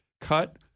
cut